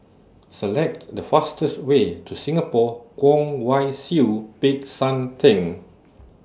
Select The fastest Way to Singapore Kwong Wai Siew Peck San Theng